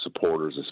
supporters